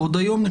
או עוד היום.